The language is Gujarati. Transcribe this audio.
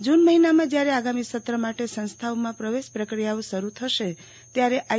જુન મહિનામાં જયારે આગામી સત્ર માટે સંસ્થાઓમાં પ્રવેશ પ્રક્રિયાઓ શરૂ થસે ત્યારે આઈ